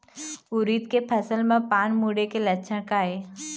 उरीद के फसल म पान मुड़े के लक्षण का ये?